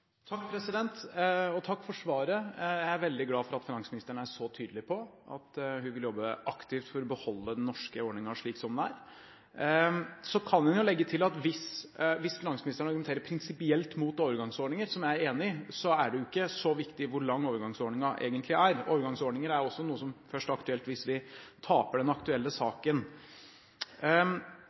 Takk for svaret. Jeg er veldig glad for at finansministeren er så tydelig på at hun vil jobbe aktivt for å beholde den norske ordningen slik som den er. Så kan en jo legge til at hvis finansministeren argumenterer prinsipielt mot overgangsordninger, som jeg er enig i, er det ikke så viktig hvor lang overgangsordningen egentlig er. Overgangsordninger er også noe som først er aktuelt hvis vi taper den aktuelle saken.